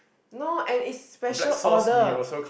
no and it's special order